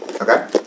Okay